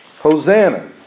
Hosanna